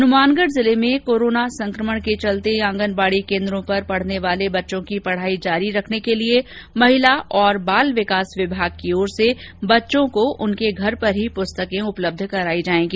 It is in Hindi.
हनुमानढ़ जिले में कोरोना संक्रमण के चलते आंगनबाड़ी केंद्रों पर पढ़ने वाले बच्चों की पढ़ाई जारी रखने के लिए महिला और बाल विकास विभाग की ओर से बच्चों को उनके घर पर ही प्रस्तकें उपलब्ध करवाई जाएगी